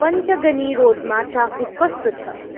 पन्चगनी रोडमा ट्राफिक कस्तो छ